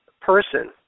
Person